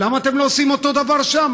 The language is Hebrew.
למה אתם לא עושים אותו דבר שם?